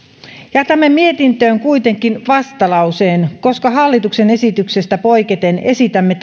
jätämme mietintöön kuitenkin vastalauseen koska hallituksen esityksestä poiketen esitämme